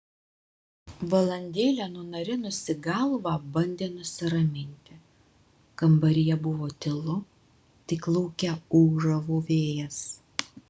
valandėlę nunarinusi galvą bandė nusiraminti kambaryje buvo tylu tik lauke ūžavo vėjas